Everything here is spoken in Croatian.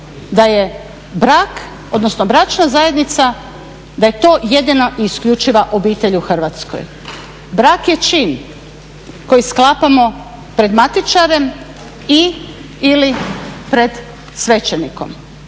da je brak, odnosno bračna zajednica, da je to jedina i isključiva obitelj u Hrvatskoj. Brak je čin koji sklapamo pred matičarem i/ili pred svećenikom,